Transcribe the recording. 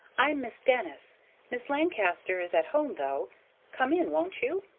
i'm miss denis miss lancaster is at home, though come in, won't you?